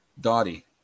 Dottie